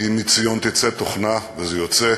כי מציון תצא תוכנה, וזה יוצא,